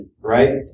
right